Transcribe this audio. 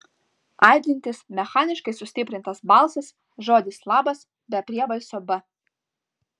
aidintis mechaniškai sustiprintas balsas žodis labas be priebalsio b